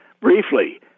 briefly